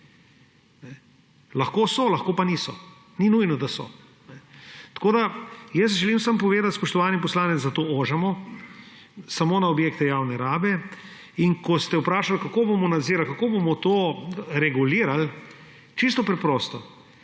Lahko so, lahko pa niso. Ni nujno, da so. Želim samo povedati, spoštovani poslanec, da to ožamo samo na objekte javne rabe. In ko ste vprašali, kako bomo nadzirali, kako bomo to regulirali. Čisto preprosto.